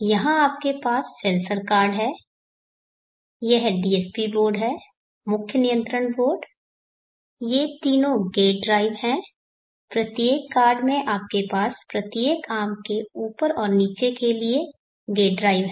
यहां आपके पास सेंसर कार्ड हैं यह DSP बोर्ड है मुख्य नियंत्रण बोर्ड है ये तीनों गेट ड्राइव हैं प्रत्येक कार्ड में आपके पास प्रत्येक आर्म के ऊपर और नीचे के लिए गेट ड्राइव है